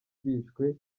bishwe